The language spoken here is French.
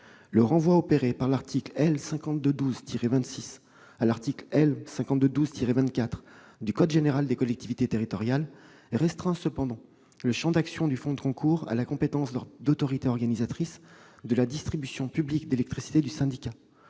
Le renvoi opéré par l'article L. 5212-26 à l'article L. 5212-24 du code général des collectivités territoriales restreint cependant le champ d'action du fonds de concours à la compétence d'autorité organisatrice de la distribution publique d'électricité du syndicat.